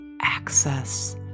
access